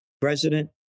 president